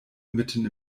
mitten